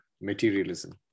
materialism